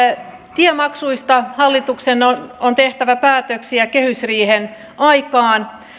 tiemaksuista hallituksen on on tehtävä päätöksiä kehysriihen aikaan